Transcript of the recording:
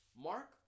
Mark